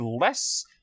less